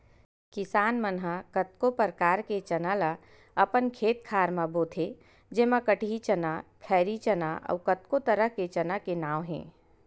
किसान मन ह कतको परकार के चना ल अपन खेत खार म बोथे जेमा कटही चना, खैरी चना अउ कतको तरह के चना के नांव हे